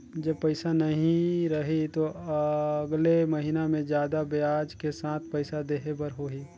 जब पइसा नहीं रही तो अगले महीना मे जादा ब्याज के साथ पइसा देहे बर होहि का?